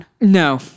No